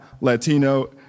Latino